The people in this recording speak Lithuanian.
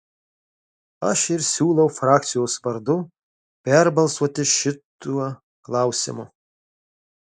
aš ir siūlau frakcijos vardu perbalsuoti šituo klausimu